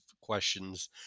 questions